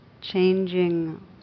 changing